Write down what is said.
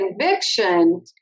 conviction